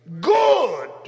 good